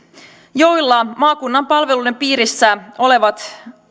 joilla maakunnan palveluiden piirissä olevat